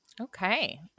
Okay